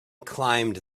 climbed